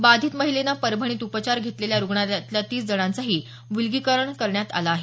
बाधित महिलेने परभणीत उपचार घेतलेल्या रुग्णालयातल्या तीस जणांचंही विलगीकरण करण्यात आलं आहे